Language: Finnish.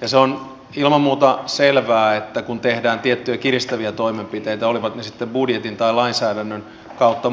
ja se on ilman muuta selvää että kun tehdään tiettyjä kiristäviä toimenpiteitä olivat ne sitten budjetin kautta tai muutoin lainsäädännön kautta